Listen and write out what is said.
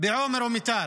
בעומר או מיתר.